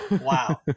Wow